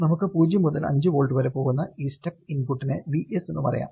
നമുക്ക് 0 മുതൽ 5 വോൾട്ട് വരെ പോകുന്ന ഈ സ്റ്റെപ് ഇൻപുട്ടിനെ Vs എന്ന് പറയാം